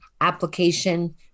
application